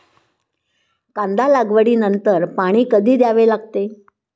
कांदा लागवडी नंतर पाणी कधी द्यावे लागते?